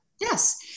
Yes